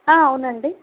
అవునండి